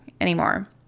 anymore